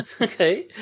Okay